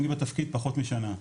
אני בתפקיד פחות משנה,